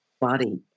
body